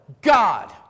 God